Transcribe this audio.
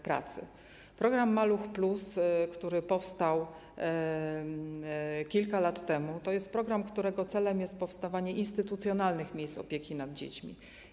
Program ˝Maluch+˝, który powstał kilka lat temu, to program, którego celem jest powstawanie instytucjonalnych miejsc opieki nad dziećmi.